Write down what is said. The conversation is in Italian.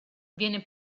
viene